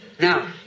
Now